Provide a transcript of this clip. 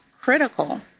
critical